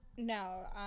no